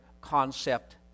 concept